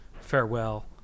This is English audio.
farewell